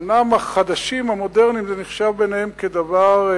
אומנם לחדשים, המודרניים, זה נחשב בעיניהם לדבר,